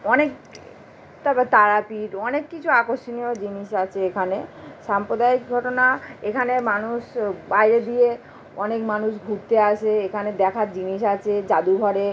অনেক তার পরে তারাপীঠ অনেক কিছু আকর্ষণীয় জিনিস আছে এখানে সাম্প্রদায়িক ঘটনা এখানে মানুষ বাইরে দিয়ে অনেক মানুষ ঘুরতে আসে এখানে দেখার জিনিস আছে জাদুঘরে